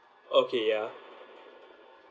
okay ya